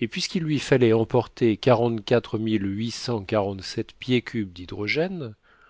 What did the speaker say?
et puisqu'il lui fallait emporter quarante-quatre mille huit cent quarante-sept pieds cubes dhydrogène